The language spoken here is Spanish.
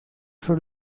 sus